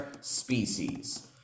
species